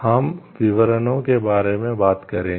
हम विवरणों के बारे में बात करेंगे